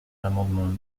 l’amendement